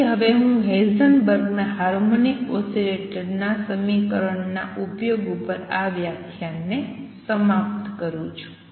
તેથી હવે હું હેઝનબર્ગના હાર્મોનિક ઓસિલેટર ના સમીકરણ ના ઉપયોગ ઉપર આ વ્યાખ્યાનને સમાપ્ત કરું છું